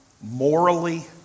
morally